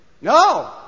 No